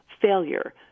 failure